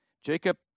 Jacob